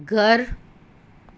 ઘર